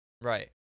Right